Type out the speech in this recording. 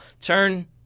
turn